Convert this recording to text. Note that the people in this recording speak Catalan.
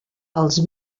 els